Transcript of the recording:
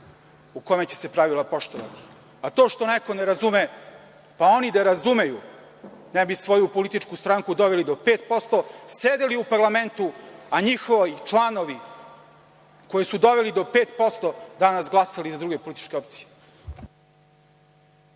u kome će se pravila poštovati. To što neko ne razume, oni da razumeju ne bi svoju političku stranku doveli do 5%, sedeli u parlamentu, a njihovi članovi koji su doveli do 5% danas glasali za druge političke opcije.